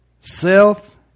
Self